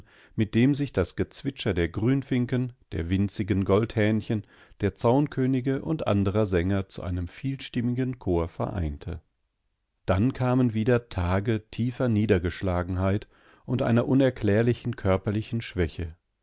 mit dem sich das gezwitscher der grünfinken der winzigen goldhähnchen der zaunkönige und anderer sänger zu einem vielstimmigen chor vereinte dann kamen wieder tage tiefer niedergeschlagenheit und einer unerklärlichen körperlichen schwäche